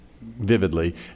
vividly